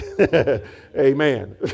amen